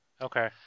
Okay